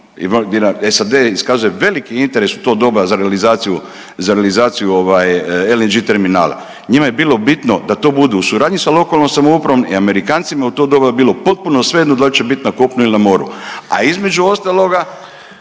SAD iskazuje veliki interes u to doba za realizaciju, za realizaciju ovaj LNG terminala. Njima je bilo bitno da to budu u suradnji sa lokalnom samoupravom i Amerikancima je u to doba bilo potpuno svejedno da li će biti na kopunu ili na moru. A između ostaloga